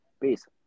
Peace